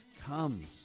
comes